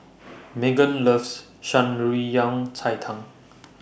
Meggan loves Shan Rui Yang Cai Tang